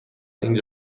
اینجا